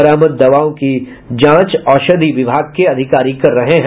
बरामद दवाओं की जांच औषधि विभाग के अधिकारी कर रहे हैं